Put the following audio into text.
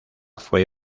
fue